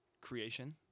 creation